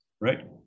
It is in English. right